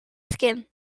skin